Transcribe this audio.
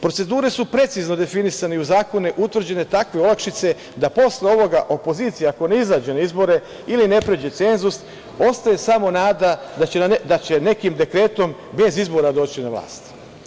Procedure su precizno definisane i u zakonima utvrđene takve olakšice da posle ovoga opozicija ako ne izađe na izbore ili ne prođe cenzus, ostaje samo nada da će nekim dekretom bez izbora dođi na vlast.